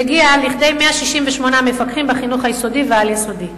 מגיע לכדי 168 מפקחים בחינוך היסודי והעל-יסודי.